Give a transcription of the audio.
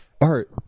art